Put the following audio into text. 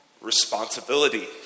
responsibility